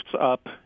up